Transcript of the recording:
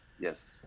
Yes